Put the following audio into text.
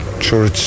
sure